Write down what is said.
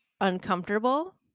uncomfortable